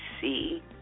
see